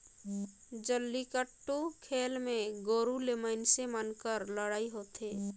जल्लीकट्टू खेल मे गोरू ले मइनसे मन कर लड़ई होथे